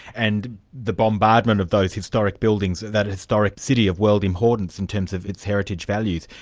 and the bombardment of those historic buildings, that historic city of world importance in terms of its heritage values,